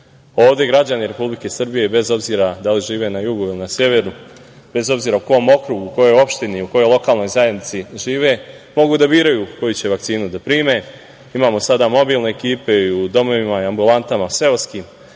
Ovde građani Republike Srbije, bez obzira da li žive na jugu ili severu, bez obzira u kom okrugu, u kojoj opštini, kojoj lokalnoj zajednici žive, mogu da biraju koju će vakcinu da prime. Imamo sada mobilne ekipe i u domovima i seoskim